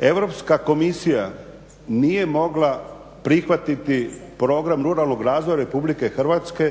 Europska komisija nije mogla prihvatiti program ruralnog razvoja RH